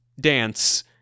dance